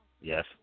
Yes